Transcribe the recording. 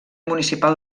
municipal